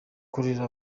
kurera